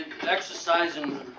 exercising